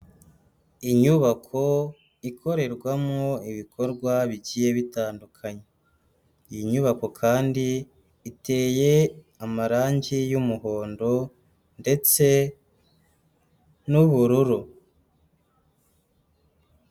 Inyubako ikorerwamo ibikorwa bigiye bitandukanye, iyi nyubako kandi iteye amarangi y'umuhondo ndetse n'ubururu.